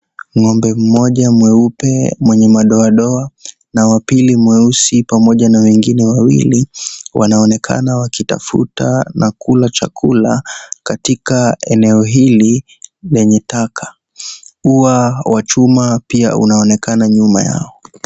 Ng'ombe mmoja mweupe mwenye madoadoa na wa pili mweusi pamoja na wengine wawili, Wanaonekana wakitafuta na kula chakula, katika eneo hili lenye taka. Uwa wa chuma pia unaonekana nyuma yao.